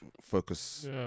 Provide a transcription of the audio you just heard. focus